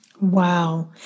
Wow